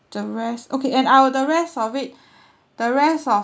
the rest okay and I'll the rest of it the rest of